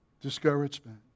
discouragement